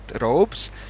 robes